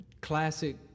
classic